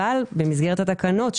אבל במסגרת התקנות,